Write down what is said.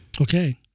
Okay